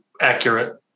accurate